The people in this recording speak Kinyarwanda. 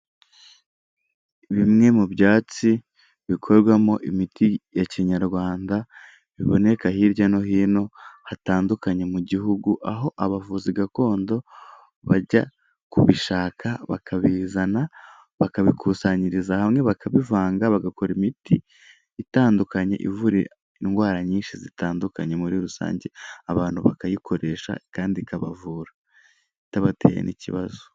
Bimwe mu byatsi bikorwamo imiti ya kinyarwanda biboneka hirya no hino hatandukanye mu gihugu aho abavuzi gakondo bajya kubishaka bakabizana bakabikusanyiriza hamwe bakabivanga bagakora imiti itandukanye ivura indwara nyinshi zitandukanye muri rusange abantu bakayikoresha kandi ikabavura. Itabateye n'ikibazo.